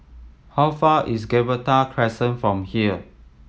how far is Gibraltar Crescent from here